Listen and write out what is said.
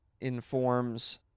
informs